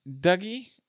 Dougie